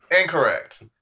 Incorrect